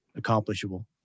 accomplishable